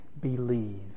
believe